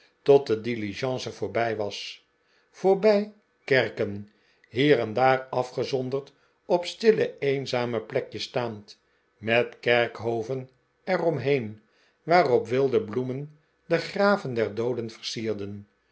tot de diligence voorbij was voorbij kerken hier en daar afgezonderd op stille eenzame plekjes staand met kerkhoven er om heen waarop wilde bloemen de graven der dooden versierden